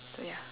so ya